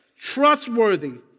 trustworthy